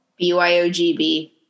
BYOGB